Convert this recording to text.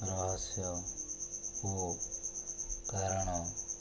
ରହସ୍ୟ ଓ କାରଣ